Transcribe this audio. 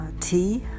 Tea